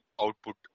output